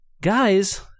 guys